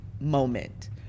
moment